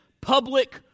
public